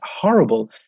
horrible